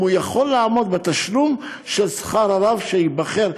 הוא יכול לעמוד בתשלום של שכר הרב שייבחר.